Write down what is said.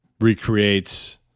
recreates